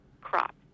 crop